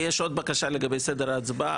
יש לי עוד בקשה לגבי סדר ההצבעה,